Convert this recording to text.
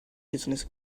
business